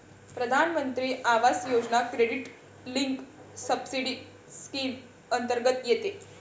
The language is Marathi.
प्रधानमंत्री Awas Yojana credit linked subsidy scheme अंतर्गत येते